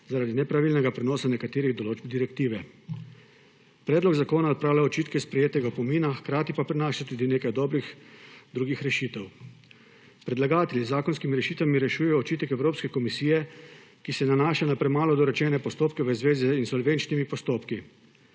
zaradi nepravilnega prenosa nekaterih določb direktive. Predlog zakona odpravlja očitke sprejetega opomina, hkrati pa prinaša tudi nekaj dobrih drugih rešitev. Predlagatelji z zakonskimi rešitvami rešujejo očitek Evropske komisije, ki se nanaša na premalo dorečene postopke v zvezi z insolventnimi postopki.